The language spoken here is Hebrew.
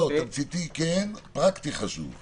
תמציתי כן, פרקטי חשוב.